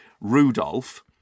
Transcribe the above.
Rudolph